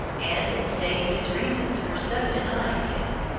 and in stating his reasons for so denying it.